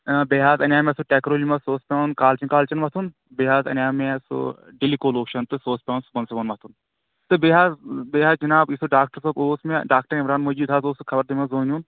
آ بیٚیہِ حظ اَنیٛو مےٚ سُہ ٹیکروجی منٛز سُہ اوس پٮ۪وَان کالچَن کالچَن مَتھُن بیٚیہِ حظ اَنیو مےٚ سُہ ڈِلی کولوٗشَن تہٕ سُہ اوس پٮ۪وَان صُبحن صُبحن مَتھُن تہٕ بیٚیہِ حظ بیٚیہِ حظ جِناب یُس ڈاکٹر صٲب اوس مےٚ ڈاکٹر عمران موٗجیٖد حظ اوس سُہ خبر تُہۍ ما زٲنۍ وُن